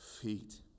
feet